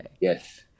Yes